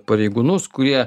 pareigūnus kurie